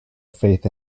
faith